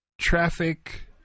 traffic